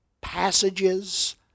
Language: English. passages